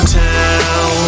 town